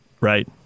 right